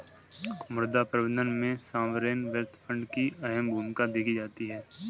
मुद्रा प्रबन्धन में सॉवरेन वेल्थ फंड की अहम भूमिका देखी जाती है